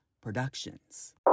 Productions